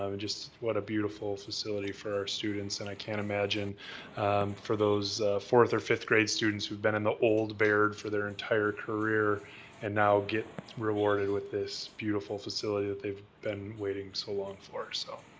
um and just what a beautiful facility for our students and i can't imagine for those fourth or fifth grade students who've been in the old baird for their entire career and now get rewarded with this beautiful facility that they've been waiting so long for. so,